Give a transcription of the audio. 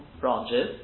branches